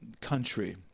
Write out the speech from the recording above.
country